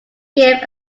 give